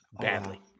badly